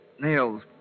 nails